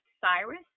Cyrus